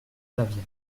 flaviana